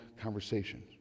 conversation